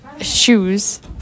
shoes